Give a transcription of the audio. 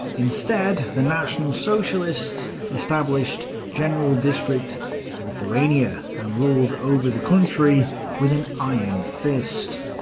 instead, the national socialists established general district lithuania and ruled over the country with an iron fist.